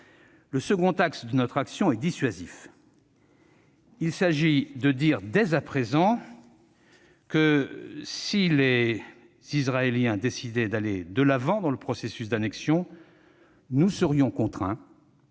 Le second axe de notre action est dissuasif. Il s'agit de dire dès à présent que, si les Israéliens décidaient d'aller de l'avant dans le processus d'annexion, nous serions contraints